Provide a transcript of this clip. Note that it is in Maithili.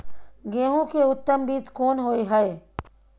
गेहूं के उत्तम बीज कोन होय है?